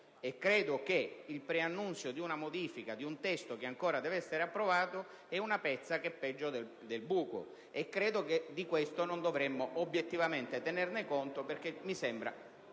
credo che il preannuncio di una modifica di un testo che ancora deve essere approvato sia una pezza che è peggio del buco. Sono del parere che di ciò non dovremmo obiettivamente tenere conto perché sembra